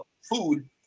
food